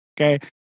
Okay